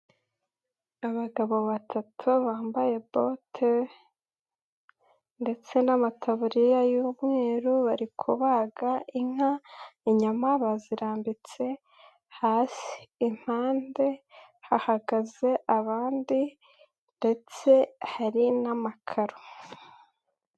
Abagabo batatu bambaye bote ndetse n'amataburiya y'umweru bari kubaga inka inyama bazirambitse hasi, impande hahagaze abandi ndetse hari n'amakaro.